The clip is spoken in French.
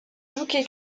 jockey